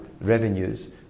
revenues